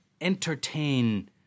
entertain